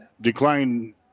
decline